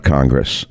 Congress